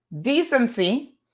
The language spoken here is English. decency